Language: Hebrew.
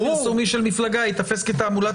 פרסומי של מפלגה ייתפס כתעמולת בחירות?